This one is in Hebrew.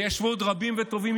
וישבו עוד רבים וטובים,